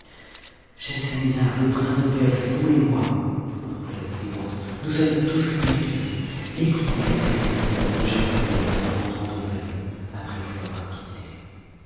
sèhemselnihar le prince de perse vous et moi reprit la confidente nous sommes tous perdus écoutez la triste nouvelle que j'appris hier en rentrant au palais après vous avoir quitté